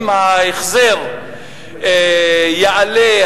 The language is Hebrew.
אם ההחזר יעלה,